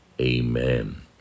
Amen